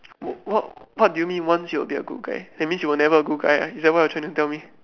what what what do you mean once you will be a good guy that means you were never a good guy ah is that what you are trying to tell me